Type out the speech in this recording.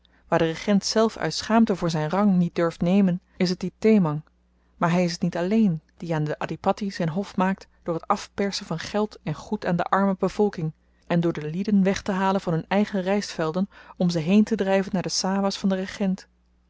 waar de regent zelf uit schaamte voor zyn rang niet durft nemen is het die dhemang maar hy is t niet alléén die aan den adhipatti zyn hof maakt door t afpersen van geld en goed aan de arme bevolking en door de lieden wegtehalen van hun eigen rystvelden om ze heentedryven naar de sawahs van den regent